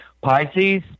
Pisces